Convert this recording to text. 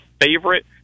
favorite